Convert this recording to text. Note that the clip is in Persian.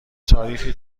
تاریخی